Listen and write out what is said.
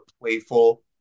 playful